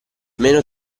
meno